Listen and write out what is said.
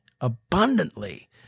abundantly